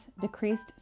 decreased